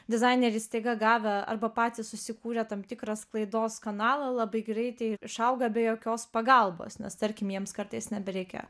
dizaineriai staiga gavę arba patys susikūrė tam tikrą sklaidos kanalą labai greitai išauga be jokios pagalbos nes tarkim jiems kartais nebereikia